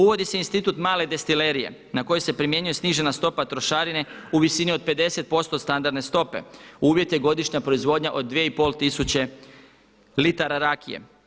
Uvodi se institut male destilerije na koju se primjenjuje snižena stopa trošarine u visini od 50% od standardne stope, uvjet je godišnja proizvodnja od 2,5 tisuće litara rakije.